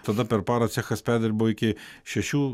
tada per parą cechas perdirbo iki šešių